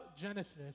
Genesis